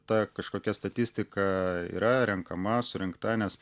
ta kažkokia statistika yra renkama surinkta nes